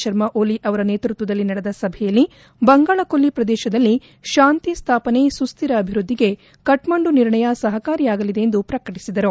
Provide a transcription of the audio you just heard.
ಶರ್ಮಾಒಲಿ ಅವರ ನೇತೃತ್ವದಲ್ಲಿ ನಡೆದ ಸಭೆಯಲ್ಲಿ ಬಂಗಾಳಕೊಲ್ಲಿ ಪ್ರದೇಶದಲ್ಲಿ ಶಾಂತಿ ಸ್ಟಾಪನೆ ಸುಸ್ತಿರ ಅಭಿವೃದ್ದಿಗೆ ಕಕ್ಕಂಡು ನಿರ್ಣಯ ಸಹಕಾರಿಯಾಗಲಿದೆ ಎಂದು ಪ್ರಕಟಿಸಿದರು